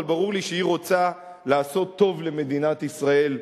אבל ברור לי שהיא רוצה לעשות טוב למדינת ישראל,